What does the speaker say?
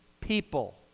people